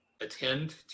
attend